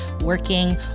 working